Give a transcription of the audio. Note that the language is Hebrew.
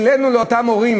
העלינו לאותם הורים